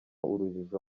urujijo